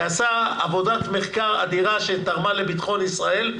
שעשה עבודת מחקר אדירה שתרמה לביטחון ישראל,